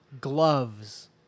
gloves